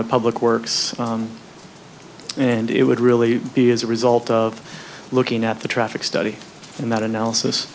of public works and it would really be as a result of looking at the traffic study in that analysis